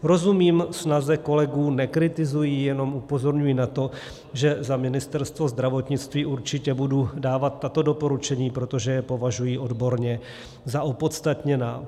Rozumím snaze kolegů, nekritizuji, jenom upozorňuji na to, že za Ministerstvo zdravotnictví určitě budu dávat tato doporučení, protože je považuji odborně za opodstatněná.